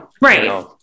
Right